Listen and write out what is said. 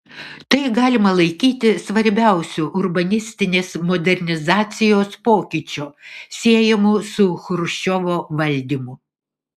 tai galima laikyti svarbiausiu urbanistinės modernizacijos pokyčiu siejamu su chruščiovo valdymu